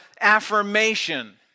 affirmation